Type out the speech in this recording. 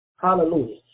Hallelujah